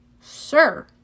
Sir